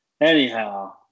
Anyhow